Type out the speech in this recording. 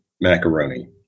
macaroni